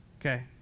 Okay